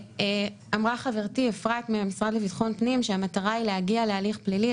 אמרה חברתי אפרת מהמשרד לביטחון הפנים שהמטרה היא להגיע להליך פלילי,